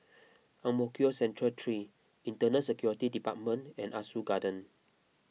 Ang Mo Kio Central three Internal Security Department and Ah Soo Garden